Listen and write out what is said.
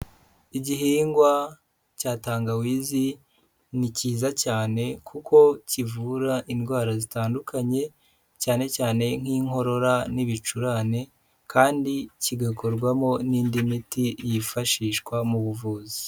Igihingwa cya tangawizi ni cyiza cyane kuko kivura indwara zitandukanye, cyane cyane nk'inkorora n'ibicurane kandi kigakorwamo n'indi miti yifashishwa mu buvuzi.